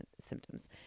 symptoms